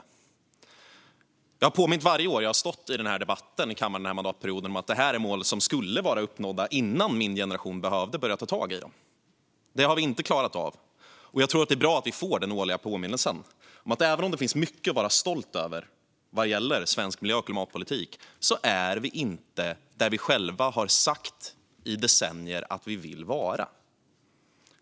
Varje år under den här mandatperioden som jag har stått i kammaren under denna debatt har jag påmint om att detta är mål som skulle vara uppnådda innan min generation behövde börja ta tag i dem. Det har vi inte klarat av. Jag tror att det är bra att vi får den årliga påminnelsen om att vi, även om det finns mycket att vara stolt över när det gäller svensk miljö och klimatpolitik, inte är där vi själva i decennier har sagt att vi vill vara.